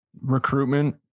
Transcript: recruitment